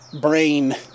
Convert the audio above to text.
brain